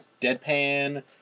deadpan